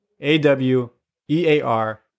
A-W-E-A-R